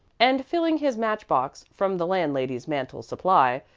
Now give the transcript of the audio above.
and filling his match-box from the landlady's mantel supply,